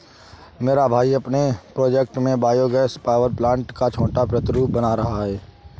मेरा भाई अपने प्रोजेक्ट में बायो गैस पावर प्लांट का छोटा प्रतिरूप बना रहा है